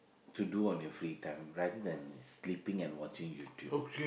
to do on your free time rather than sleeping and watching YouTube